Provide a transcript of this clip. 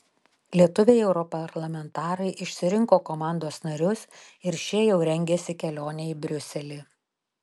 lietuviai europarlamentarai išsirinko komandos narius ir šie jau rengiasi kelionei į briuselį